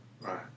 Right